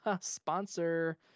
sponsor